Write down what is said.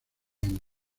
año